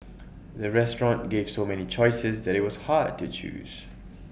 the restaurant gave so many choices that IT was hard to choose